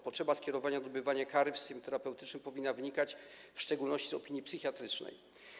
Potrzeba skierowania w celu odbywania kary w systemie terapeutycznym powinna wynikać w szczególności z opinii psychiatrycznej.